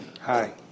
Hi